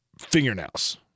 fingernails